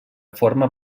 forma